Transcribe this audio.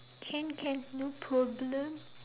can can no problem